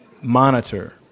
monitor